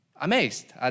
amazed